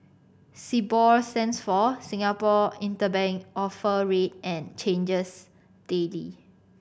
Sibor stands for Singapore Interbank Offer Rate and changes daily